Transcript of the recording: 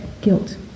guilt